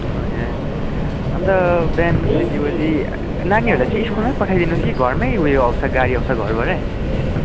ए अन्त बिहान त्यति बजे नानीहरूलाई चाहिँ स्कुलमै पठाइदिनु कि घरमै ऊ यो आउँछ गाडी आउँछ घरबाटै